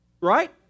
Right